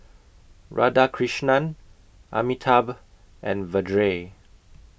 Radhakrishnan Amitabh and Vedre